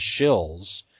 shills